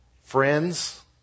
Friends